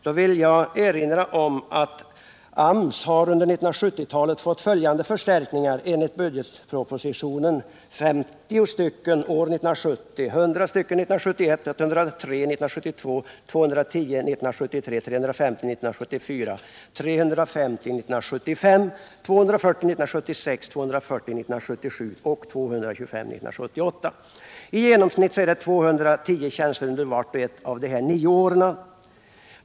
Jag vill erinra om att AMS under 1970-talet enligt budgetpropositionen fått följande förstärkningar: 50 personer år 1970, 100 år 1971, 103 år 1972, 210 år 1973, 350 år 1974, 350 år 1975, 240 år 1976, 240 år 1977 och 225 år 1978. I genomsnitt rör det sig om 210 tjänster under vart och ett av dessa nio år.